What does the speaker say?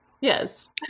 Yes